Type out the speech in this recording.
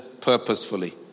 purposefully